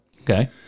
Okay